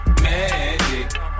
Magic